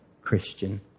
Christian